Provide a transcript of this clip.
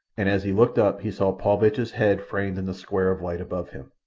and as he looked up he saw paulvitch's head framed in the square of light above him.